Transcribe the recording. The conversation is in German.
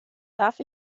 darf